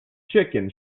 chicken